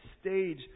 stage